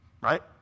right